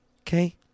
okay